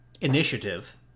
initiative